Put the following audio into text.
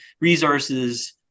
resources